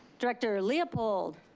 director leopold?